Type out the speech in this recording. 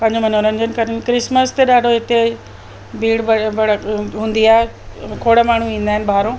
पंहिंजो मनोरंजन करणु क्रिसमस ते ॾाढो हिते भीड़ भड़ हूंदी आहे खोड़ माण्हू ईंदा आहिनि ॿाहिरो